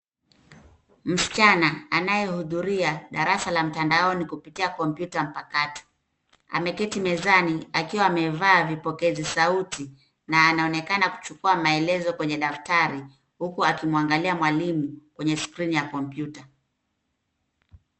Msichana anayehudhuria darasa la mtandaoni kupitia kompyuta mpakato, ameketi mezani akiwa amevaa vipokezi sauti na anaonekana kuchukua maelezo kwenye daftari huku akimwangalia mwalimu kwenye skrini ya kompyuta.